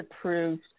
approved